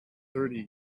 thirty